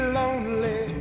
lonely